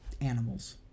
animals